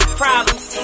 problems